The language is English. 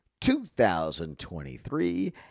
2023